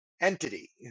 entity